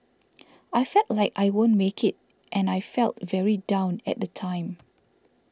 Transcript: I felt like I won't make it and I felt very down at the time